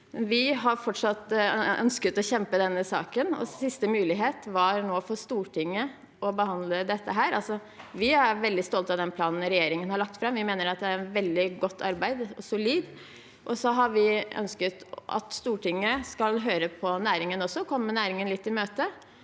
Vi har fortsatt ønsket å kjempe denne saken, og siste mulighet var nå for Stortinget å behandle dette. Vi er veldig stolte av den planen regjeringen har lagt fram, vi mener det er et veldig godt og solid arbeid, og så har vi ønsket at Stortinget også skal høre på næringen og komme næringen litt i møte.